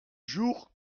jour